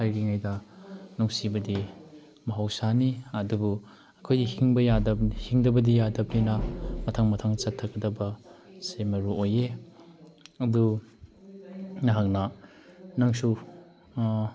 ꯂꯩꯔꯤꯉꯩꯗ ꯅꯨꯡꯁꯤꯕꯗꯤ ꯃꯍꯧꯁꯥꯅꯤ ꯑꯗꯨꯕꯨ ꯑꯩꯈꯣꯏ ꯍꯤꯡꯕ ꯌꯥꯗꯕꯅꯤ ꯍꯤꯡꯗꯕꯗꯤ ꯌꯥꯗꯕꯅꯤꯅ ꯃꯊꯪ ꯃꯊꯪ ꯆꯠꯊꯒꯗꯕꯁꯦ ꯃꯔꯨꯑꯣꯏꯌꯦ ꯑꯗꯨ ꯅꯍꯥꯛꯅ ꯅꯪꯁꯨ